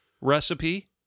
recipe